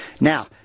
Now